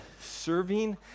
serving